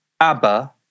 ABBA